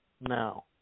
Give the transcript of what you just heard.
Now